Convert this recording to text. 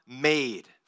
made